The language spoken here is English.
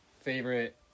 favorite